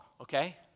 okay